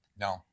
No